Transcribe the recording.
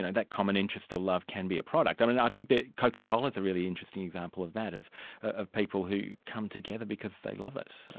and that common interest or love can be a product. i mean i think coca cola's a really interesting example of that, of of people who come together because they love it.